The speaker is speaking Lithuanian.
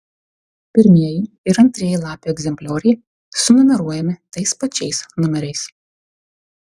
pirmieji ir antrieji lapų egzemplioriai sunumeruojami tais pačiais numeriais